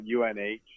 UNH